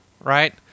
right